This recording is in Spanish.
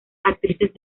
actrices